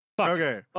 Okay